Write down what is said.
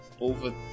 over